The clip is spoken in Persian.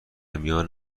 میان